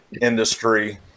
industry